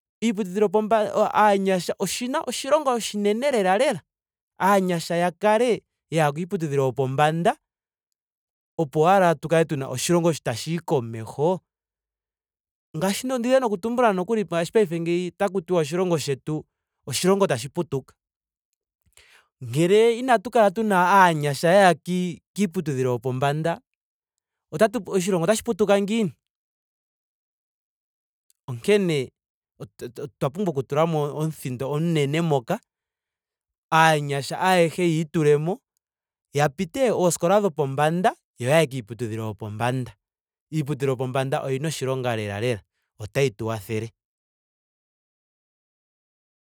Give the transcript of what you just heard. Iiputudhilo yopomba aanyasha o- aanyasha oshina oshilonga oshinene lela lela. Aanyasha ya kale yaya kiiputudhilo yopombanda opo owala tu kale tuna oshilongo tashiyi komeho. Ngaashi nda dhina noku tumbula nokuli ngaashi nokuli ngeyi otaku tiwa oshilongo shetu oshilongo tashi putuka. Ngele inatu kala tuna aanyasha yaya kii- kiiputudhilo yopombanda. otatu oshilongo otashi putuka ngiini? Onkene otwa otwa pumbwa okutula mo omuthindo omunene moka. aanyasha ayehe yiitulemo. ya pite ooskola dhopombanda yo yaye kiiputudhilo yopombanda. Iiputudhilo yopombanda oyina oshilonga lela lela. otayi tu wathele